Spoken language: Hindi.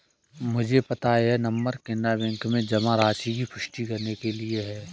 मुझे पता है यह नंबर कैनरा बैंक में जमा राशि की पुष्टि करने के लिए है